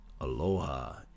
aloha